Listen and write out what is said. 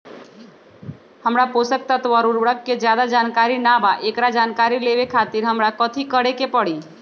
हमरा पोषक तत्व और उर्वरक के ज्यादा जानकारी ना बा एकरा जानकारी लेवे के खातिर हमरा कथी करे के पड़ी?